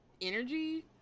energy